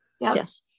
Yes